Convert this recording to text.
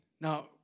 Now